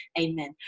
Amen